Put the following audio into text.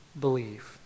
believe